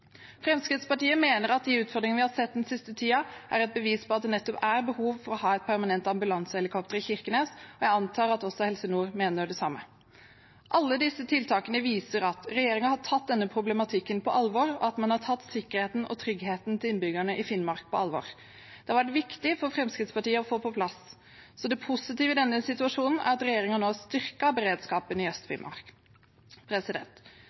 Fremskrittspartiet mener at de utfordringene vi har sett den siste tiden, er et bevis på at det nettopp er behov for å ha et permanent ambulansehelikopter i Kirkenes, og jeg antar at også Helse Nord mener det samme. Alle disse tiltakene viser at regjeringen har tatt denne problematikken på alvor, og at man har tatt sikkerheten og tryggheten til innbyggerne i Finnmark på alvor. Det har vært viktig for Fremskrittspartiet å få på plass. Det positive i denne situasjonen er at regjeringen nå har styrket beredskapen i